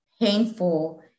painful